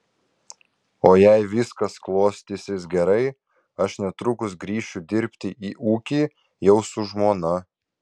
o jei viskas klostysis gerai aš netrukus grįšiu dirbti į ūkį jau su žmona